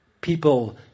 people